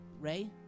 Ray